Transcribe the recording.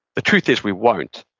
the truth is, we won't.